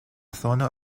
zona